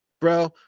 bro